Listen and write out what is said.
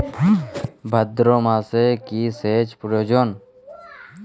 ভাদ্রমাসে কি সেচ প্রয়োজন?